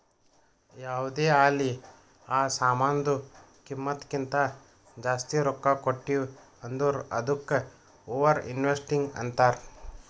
ಯಾವ್ದೇ ಆಲಿ ಆ ಸಾಮಾನ್ದು ಕಿಮ್ಮತ್ ಕಿಂತಾ ಜಾಸ್ತಿ ರೊಕ್ಕಾ ಕೊಟ್ಟಿವ್ ಅಂದುರ್ ಅದ್ದುಕ ಓವರ್ ಇನ್ವೆಸ್ಟಿಂಗ್ ಅಂತಾರ್